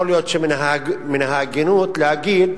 יכול להיות שמן ההגינות להגיד,